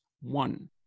One